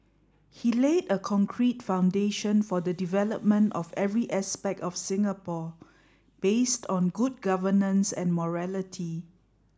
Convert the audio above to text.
he laid a concrete foundation for the development of every aspect of Singapore based on good governance and morality